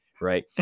right